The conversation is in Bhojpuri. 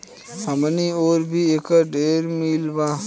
हमनी ओर भी एकर ढेरे मील बा